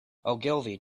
ogilvy